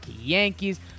Yankees